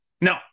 No